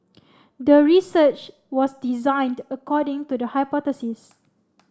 the research was designed according to the hypothesis